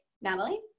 Natalie